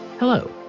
Hello